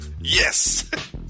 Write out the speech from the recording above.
Yes